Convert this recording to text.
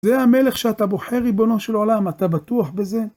זה המלך שאתה בוחר, ריבונו של עולם? אתה בטוח בזה?